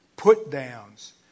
Put-downs